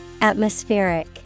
Atmospheric